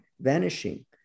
vanishing